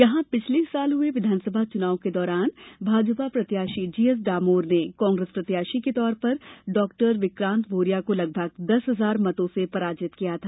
यहां पिछले वर्ष हुए विधानसभा चुनाव के दौरान भाजपा प्रत्याशी जीएस डामोर ने कांग्रेस प्रत्याशी के तौर पर डॉ विक्रांत भूरिया को लगभग दस हजार मतों से पराजित किया था